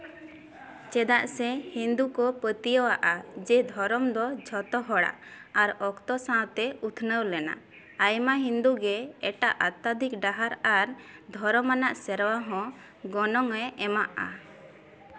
ᱪᱮᱫᱟᱜ ᱥᱮ ᱦᱤᱱᱫᱩ ᱠᱚ ᱯᱟᱹᱛᱭᱟᱹᱣᱟᱜᱼᱟ ᱡᱮ ᱫᱷᱚᱨᱚᱢ ᱫᱚ ᱡᱚᱛᱚ ᱦᱚᱲᱟᱜ ᱟᱨ ᱚᱠᱛᱚ ᱥᱟᱶᱛᱮ ᱩᱛᱱᱟᱹᱣ ᱞᱮᱱᱟ ᱟᱭᱢᱟ ᱦᱤᱱᱫᱩ ᱜᱮ ᱮᱴᱟᱜ ᱚᱛᱛᱟᱫᱷᱤᱠ ᱰᱟᱦᱟᱨ ᱟᱨ ᱫᱷᱚᱨᱚᱢ ᱟᱱᱟᱜ ᱥᱮᱨᱣᱟ ᱦᱚᱸ ᱜᱚᱱᱚᱝ ᱮ ᱮᱢᱟᱜᱼᱟ